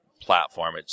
platform